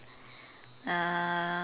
uh